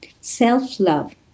self-love